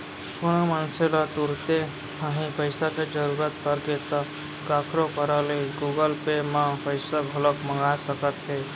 कोनो मनसे ल तुरते तांही पइसा के जरूरत परगे ता काखरो करा ले गुगल पे म पइसा घलौक मंगा सकत हे